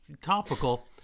topical